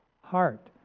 heart